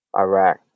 Iraq